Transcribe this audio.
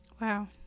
Wow